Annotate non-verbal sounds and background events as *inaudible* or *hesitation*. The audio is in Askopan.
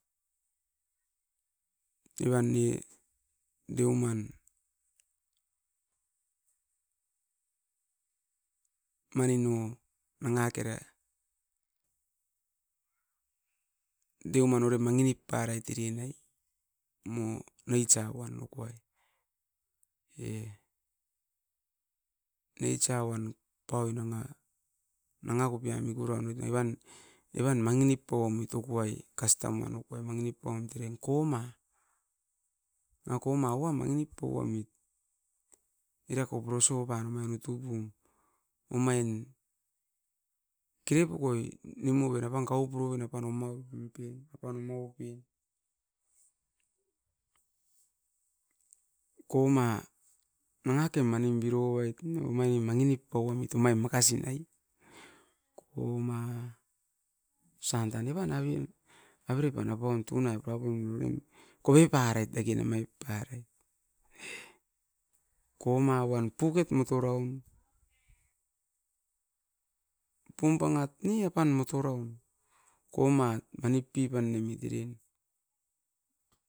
Evan ne deuman, manin o nanga kera deuman orem mangi nip parait. Mo nature van okoai, *hesitation* nature wan nanga kopia evan mangi nip pau amit mara kastam aa-an okuai, koma nanga mangi nip pauamit. Koma eva top mangi nip pau amit era koporio utu pum. Omain kere pokoi nimu oven, apan kau puroven apan omau pen. Koma nanga ken omain birau vait. Osan evan avere pan tunai pura poimit era avere pan. Koma epian kove parait dake namaip parait, puket moto raun, pung pangat ne apan motoraun.